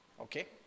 okay